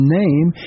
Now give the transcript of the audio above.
name